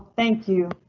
thank you.